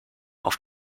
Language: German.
auf